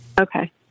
Okay